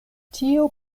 tio